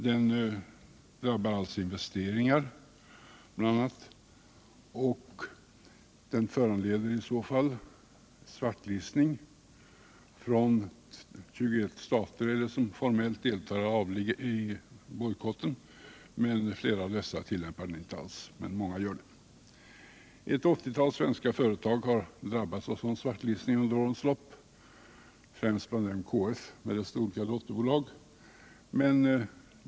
Den drabbar alltså bl.a. investeringar, och den föranleder i så fall svartlistning från 21 stater, som formellt deltar i bojkotten. Flera av dessa tillämpar den inte alls, men många gör det. Ett 80-tal svenska företag har drabbats av denna svartlistning under årens lopp, främst bland dem KF med sina olika dotterbolag.